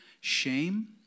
Shame